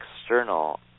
external